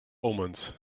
omens